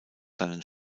seinen